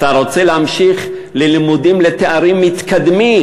אתה רוצה להמשיך ללימודים לתארים מתקדמים,